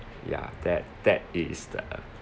ya that that is the